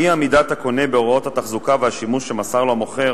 אי-עמידת הקונה בהוראות התחזוקה והשימוש שמסר לו המוכר